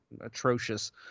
atrocious